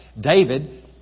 David